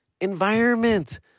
environment